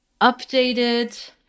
updated